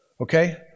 Okay